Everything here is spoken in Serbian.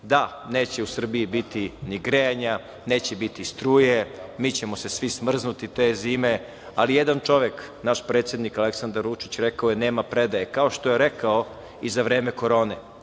da neće u Srbiji biti ni grejanja, neće biti struje, mi ćemo se svi smrznuti te zime, ali jedan čovek, naš predsednik Aleksandar Vučić rekao je nema predaje. Kao što je rekao i za vreme korone